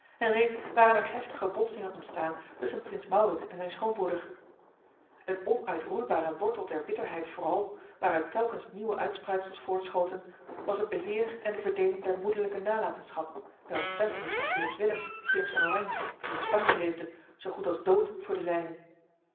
en reeds waren er heftige botsingen ontstaan tusschen prins maurits en zijn schoonbroeder een onuitroeibare wortel der bitterheid vooral waaruit telkens nieuwe uitspruitsels voortschoten was het beheer en de verdeeling der moederlijke nalatenschap bij ontstentenis van philips willem prins van oranje die in spanje leefde zoo goed als dood voor de zijnen